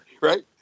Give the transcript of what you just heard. right